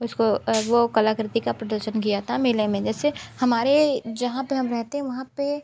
उसको वो कलाकृति का प्रदर्शन किया था मेले में जैसे हमारे जहाँ पर हम रहते हैं वहाँ पर